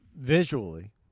visually